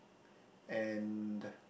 and